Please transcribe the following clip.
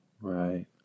Right